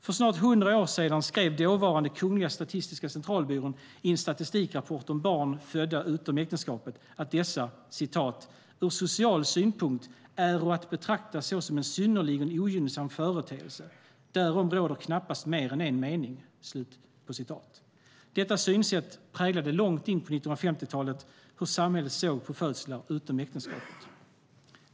För snart hundra år sedan skrev dåvarande Kungliga Statistiska centralbyrån i en statistikrapport om barn födda utom äktenskapet att dessa "ur social synpunkt äro att betrakta såsom en synnerligen ogynnsam företeelse, därom råder knappast mer än en mening". Detta synsätt präglade långt in på 1950-talet hur samhället såg på födslar utom äktenskapet.